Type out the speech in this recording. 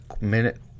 minute